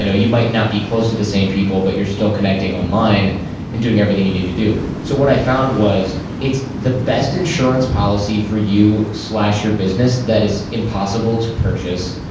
ah you might not be close to the same people, but you're still connecting online and doing everything you need to do so what i found was it's the best insurance policy for you your business that is impossible to purchase.